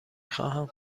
خواهم